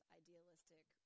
idealistic